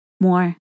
more